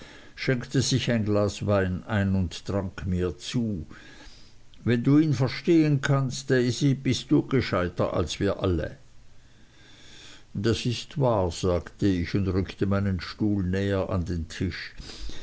schenkte sich ein glas wein ein und trank mir zu wenn du ihn verstehen kannst daisy bist du gescheiter als wir alle das ist wahr sagte ich und rückte meinen stuhl näher an den tisch